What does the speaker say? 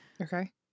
Okay